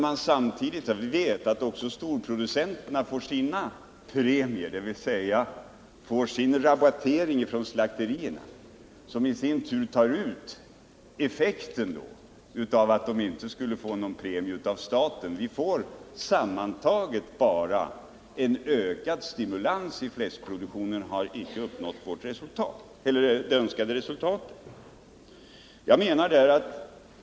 Vi vet dessutom att också storproducenterna får sina premier, dvs. rabatter från slakterierna, och det tar bort effekten av att de inte får någon premie av staten. Sammantaget blir det bara en ökad stimulans för fläskproduktion, och därmed har man icke uppnått det önskade resultatet.